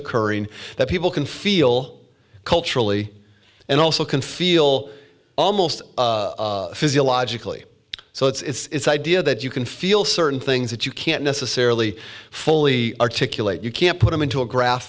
occurring that people can feel culturally and also can feel almost physiologically so it's idea that you can feel certain things that you can't necessarily fully articulate you can't put them into a graph